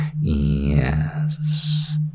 Yes